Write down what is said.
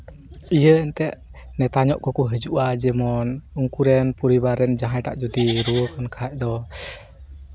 ᱤᱭᱟᱹ ᱮᱱᱛᱮᱜ ᱱᱮᱛᱟ ᱧᱚᱜ ᱠᱚᱠᱚ ᱦᱟᱹᱡᱩᱜᱼᱟ ᱡᱮᱢᱚᱱ ᱩᱱᱠᱩ ᱨᱮᱱ ᱯᱚᱨᱤᱵᱟᱨ ᱨᱮᱱ ᱡᱟᱦᱟᱸᱭ ᱴᱟᱜ ᱡᱩᱫᱤ ᱨᱩᱣᱟᱹ ᱞᱮᱱᱠᱷᱟᱡ ᱫᱚ